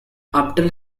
after